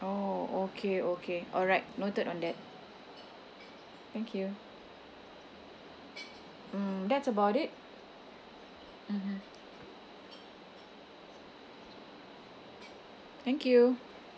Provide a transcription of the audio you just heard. oh okay okay alright noted on that thank you mm that's about it mmhmm thank you